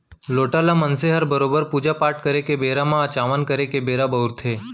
लोटा ल मनसे हर बरोबर पूजा पाट करे के बेरा म अचावन करे के बेरा बउरथे